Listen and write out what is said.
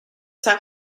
san